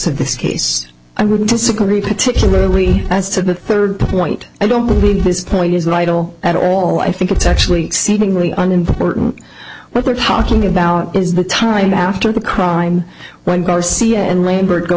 of this case i would disagree particularly as to the third point i don't believe this point is lytle at all i think it's actually exceedingly an important what we're talking about is the time after the crime when garcia and labor go